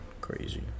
Crazy